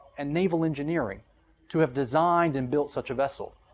and naval engineering to have designed and built such a vessel.